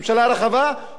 לא מתוך הליכוד,